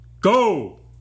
go